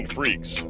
Freaks